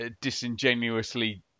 disingenuously